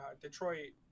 Detroit